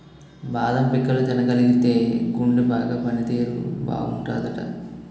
బాదం పిక్కలు తినగలిగితేయ్ గుండె బాగా పని తీరు బాగుంటాదట